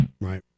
Right